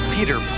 Peter